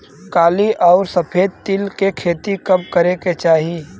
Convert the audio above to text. काली अउर सफेद तिल के खेती कब करे के चाही?